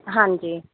ਹਾਂਜੀ